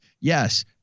Yes